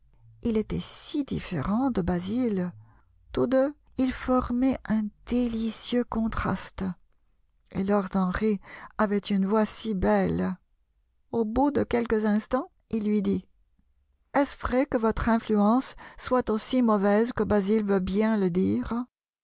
il était si différent de basil tous deux ils formaient un délicieux contraste et lord henry avait une voix si belle au bout de quelques instants il lui dit est-ce vrai que votre influence soit aussi mauvaise que basil veut bien le dire